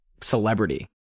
celebrity